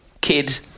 kid